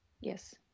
Yes